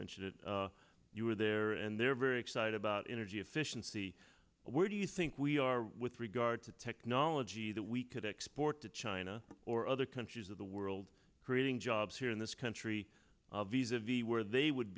mentioned it you were there and they're very excited about energy efficiency where do you think we are with regard to technology that we could export to china or other countries of the world creating jobs here in this country of visa vi where they would